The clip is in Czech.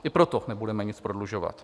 I proto nebudeme nic prodlužovat.